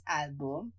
album